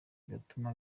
gatuma